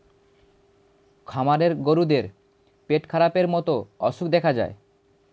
খামারের গরুদের পেটখারাপের মতো অসুখ দেখা যায়